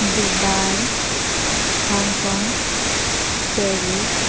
Dubai Hong Kong Paris